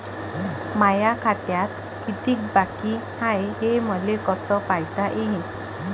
माया खात्यात कितीक बाकी हाय, हे मले कस पायता येईन?